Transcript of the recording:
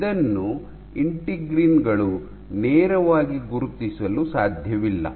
ಇದನ್ನು ಇಂಟಿಗ್ರಿನ್ ಗಳು ನೇರವಾಗಿ ಗುರುತಿಸಲು ಸಾಧ್ಯವಿಲ್ಲ